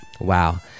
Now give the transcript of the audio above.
Wow